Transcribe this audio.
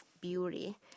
beauty